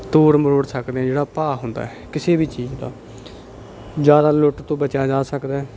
ਤੋੜ ਮਰੋੜ ਸਕਦੇ ਜਿਹੜਾ ਭਾਅ ਹੁੰਦਾ ਕਿਸੇ ਵੀ ਚੀਜ਼ ਦਾ ਜ਼ਿਆਦਾ ਲੁੱਟ ਤੋਂ ਬਚਿਆ ਜਾ ਸਕਦਾ